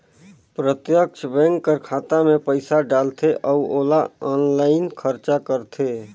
प्रत्यक्छ बेंक कर खाता में पइसा डालथे अउ ओला आनलाईन खरचा करथे